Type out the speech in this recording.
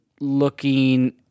looking